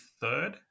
third